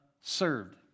served